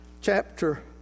chapter